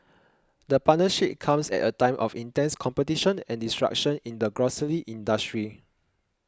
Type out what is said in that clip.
the partnership comes at a time of intense competition and disruption in the grocery industry